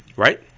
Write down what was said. Right